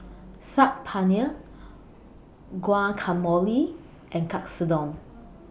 Saag Paneer Guacamole and Katsudon